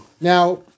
Now